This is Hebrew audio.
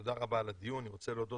תודה רבה ח"כ